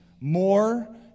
more